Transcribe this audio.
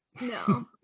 no